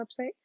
website